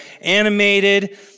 animated